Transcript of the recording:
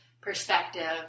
perspective